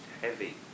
heavy